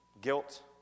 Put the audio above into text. guilt